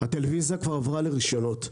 הטלוויזיה כבר עברה לרישיונות.